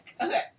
Okay